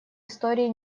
истории